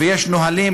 ויש נהלים,